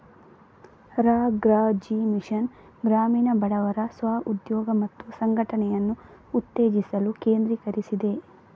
ರಾ.ಗ್ರಾ.ಜೀ mission ಗ್ರಾಮೀಣ ಬಡವರ ಸ್ವ ಉದ್ಯೋಗ ಮತ್ತು ಸಂಘಟನೆಯನ್ನು ಉತ್ತೇಜಿಸಲು ಕೇಂದ್ರೀಕರಿಸಿದೆ